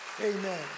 Amen